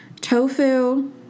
Tofu